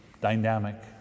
dynamic